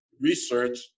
research